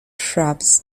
shrubs